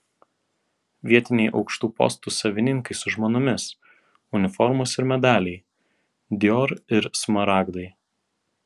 vietiniai aukštų postų savininkai su žmonomis uniformos ir medaliai dior ir smaragdai